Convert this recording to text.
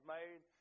made